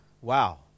Wow